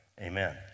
Amen